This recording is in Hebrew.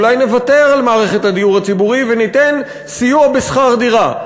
אולי נוותר על מערכת הדיור הציבורי וניתן סיוע בשכר דירה?